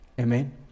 Amen